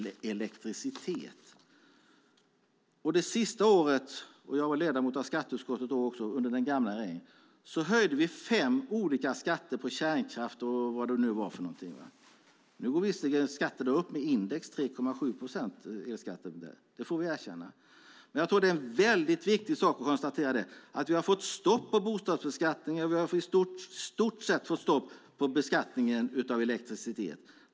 Det sista året under den gamla regeringen, och jag var ledamot av skatteutskottet då också, höjde vi fem olika skatter på kärnkraft och så vidare. Nu går visserligen skatterna upp med index 3,7 procent. Det får vi erkänna. Jag tror att det är väldigt viktigt att konstatera att vi har fått stopp på bostadsbeskattningen och i stort sett fått stopp på beskattningen av elektricitet.